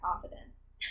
confidence